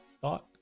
thought